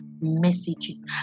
messages